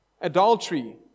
Adultery